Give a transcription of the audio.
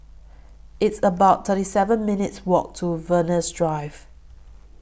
It's about thirty seven minutes' Walk to Venus Drive